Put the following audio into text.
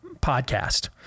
podcast